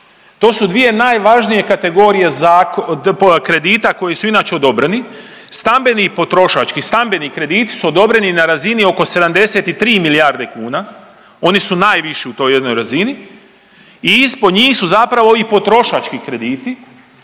to su dvije najvažnije kategorije kredita koji su inače odobreni, stambeni i potrošački. Stambeni krediti su odobreni na razini oko 73 milijarde kuna, oni su najviši u toj jednoj razini i ispod njih su zapravo i potrošački krediti